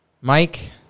Mike